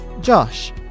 Josh